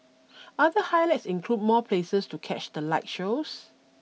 other highlights include more places to catch the light shows